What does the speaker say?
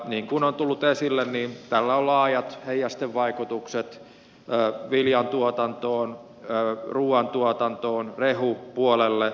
niin kuin on tullut esille tällä on laajat heijastevaikutukset viljantuotantoon ruuantuotantoon rehupuolelle